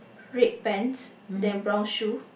red pants then brown shoes